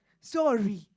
sorry